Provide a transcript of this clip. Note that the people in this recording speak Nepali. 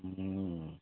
उम्म